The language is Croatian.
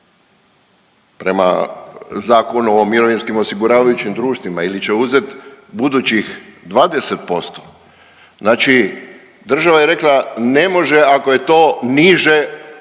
prema Zakonu o mirovinskim osiguravajućim društvima ili će uzeti budućih 20%, znači država je rekla ne može ako je to niže od